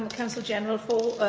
and counsel general,